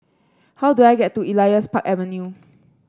how do I get to Elias Park Avenue